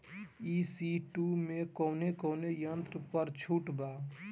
ई.सी टू मै कौने कौने यंत्र पर छुट बा?